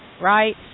right